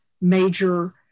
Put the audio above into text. major